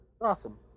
Awesome